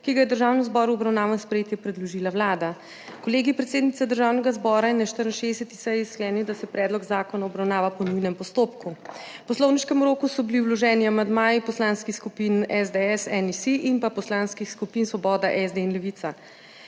ki ga je Državnemu zboru v obravnavo in sprejetje predložila Vlada. Kolegij predsednice Državnega zbora je na 64. seji sklenil, da se predlog zakona obravnava po nujnem postopku. V poslovniškem roku so bili vloženi amandmaji poslanskih skupin SDS, NSi in pa poslanskih skupin Svoboda, SD in Levica.